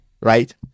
right